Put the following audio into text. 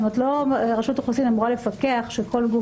כלומר לא רשות האוכלוסין אמורה לפקח שכל גוף